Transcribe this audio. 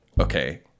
okay